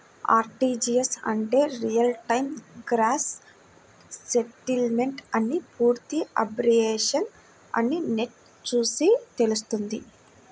RTGS అంటే real time gross settlement అని పూర్తి అబ్రివేషన్ అని నెట్ చూసి తెల్సుకున్నాను